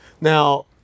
Now